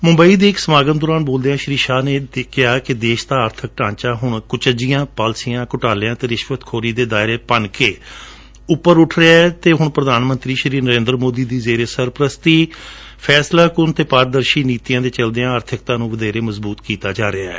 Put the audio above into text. ਮੂੰਬਈ ਦੇ ਇੱਕ ਸਮਾਗਮ ਦੌਰਾਨ ਬੋਲਦਿਆਂ ਸ਼੍ਰੀ ਸ਼ਾਹ ਨੇ ਕਿਹਾ ਕਿ ਦੇਸ਼ ਦਾ ਆਰਬਕ ਢਾਂਚਾ ਹੁਣ ਕੁਚਜਆਂ ਪਾਲਸੀਆਂ ਘੁਟਾਲਿਆਂ ਅਤੇ ਰਿਸ਼ਵਤਖੋਰੀ ਦੇ ਦਾਇਰੇ ਭੰਨ ਕੇ ਉੱਪਰ ਉੱਠ ਰਹੀ ਹੈ ਅਤੇ ਹੁਣ ਪ੍ਰਧਾਨ ਮੰਤਰੀ ਸ਼੍ਰੀ ਨਰਿੰਦਰ ਮੋਦੀ ਦੀ ਜੇਰੇ ਸਰਪ੍ਰਸਤੀ ਫੈਸਲਾਕੁਨ ਅਤੇ ਪਾਰਦਰਸ਼ੀ ਨੀਡੀਆਂ ਦੇ ਚਲਦਿਆਂ ਆਰਥਕਤਾ ਨੂੰ ਵਧੇਰੇ ਮਜਬੂਤ ਕੀਤਾ ਜਾ ਰਿਹੈ